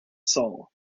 soul